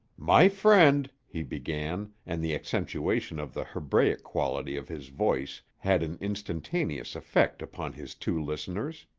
my friend, he began, and the accentuation of the hebraic quality of his voice had an instantaneous effect upon his two listeners.